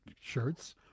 shirts